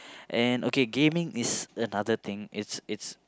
and okay gaming is another thing it's it's